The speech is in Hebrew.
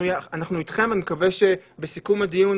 אנחנו איתכם, אני מקווה שבסיכום הדיון,